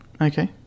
Okay